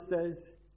says